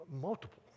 Multiple